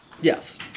Yes